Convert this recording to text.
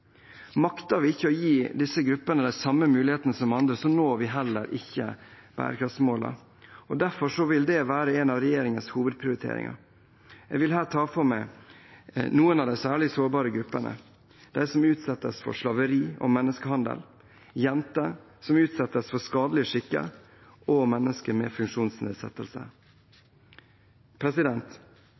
ikke å gi disse gruppene de samme mulighetene som andre, når vi heller ikke bærekraftsmålene. Derfor vil dette være en av regjeringens hovedprioriteringer. Jeg vil her ta for meg noen av de særlig sårbare grupper: de som utsettes for slaveri og menneskehandel, jenter som utsettes for skadelige skikker, og mennesker med